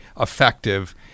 effective